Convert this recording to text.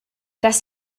dass